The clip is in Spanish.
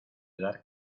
dar